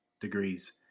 degrees